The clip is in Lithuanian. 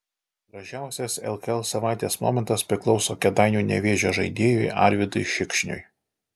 gražiausias lkl savaitės momentas priklauso kėdainių nevėžio žaidėjui arvydui šikšniui